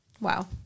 Wow